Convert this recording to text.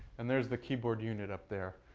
and there's the keyboard unit up there.